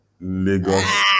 Lagos